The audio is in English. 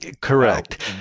Correct